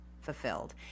fulfilled